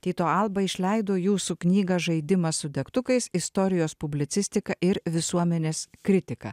tyto alba išleido jūsų knygą žaidimas su degtukais istorijos publicistika ir visuomenės kritika